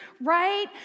right